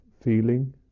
feeling